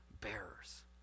bearers